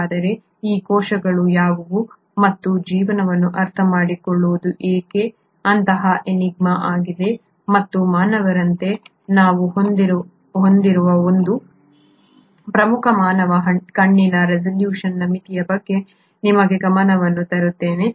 ಹಾಗಾದರೆ ಈ ಕೋಶಗಳು ಯಾವುವು ಮತ್ತು ಜೀವನವನ್ನು ಅರ್ಥಮಾಡಿಕೊಳ್ಳುವುದು ಏಕೆ ಅಂತಹ ಎನಿಗ್ಮಾ ಆಗಿದೆ ಮತ್ತು ಮಾನವರಂತೆ ನಾವು ಹೊಂದಿರುವ ಒಂದು ಪ್ರಮುಖ ಮಾನವ ಕಣ್ಣಿನ ರೆಸಲ್ಯೂಶನ್ನ ಮಿತಿಯ ಬಗ್ಗೆ ನಿಮಗೆ ಗಮನವನ್ನು ತರುತ್ತೇನೆ